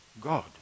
God